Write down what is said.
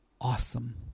awesome